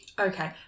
Okay